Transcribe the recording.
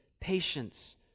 patience